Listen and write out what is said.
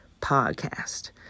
podcast